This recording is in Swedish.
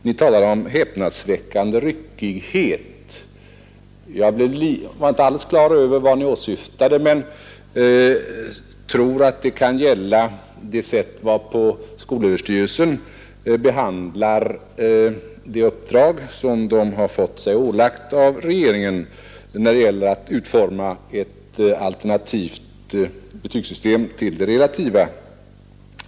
Ni talade om ”häpnadsväckande ryckighet”. Jag blev inte riktigt på det klara med vad Ni åsyftade, men jag tror att det kan ha gällt det sätt varpå skolöverstyrelsen behandlar det uppdrag som styrelsen har fått sig ålagt av regeringen att utforma ett alternativt betygssystem till det relativa.